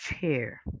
chair